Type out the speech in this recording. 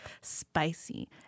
spicy